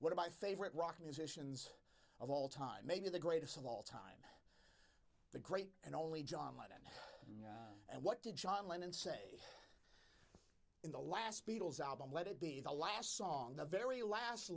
one of my favorite rock musicians of all time maybe the greatest of all time the great and only john lennon and what did john lennon say in the last beatles album let it be the last song the very last